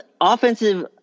offensive